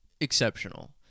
exceptional